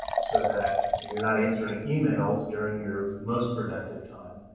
so that you're not answering emails during your most productive time,